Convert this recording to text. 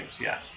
yes